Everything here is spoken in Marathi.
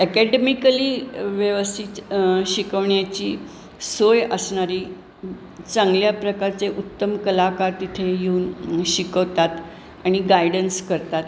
अकॅडेमिकली व्यवस्थित शिकवण्याची सोय असणारी चांगल्या प्रकारचे उत्तम कलाकार तिथे येऊन शिकवतात आणि गायडन्स करतात